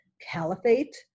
caliphate